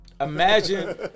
Imagine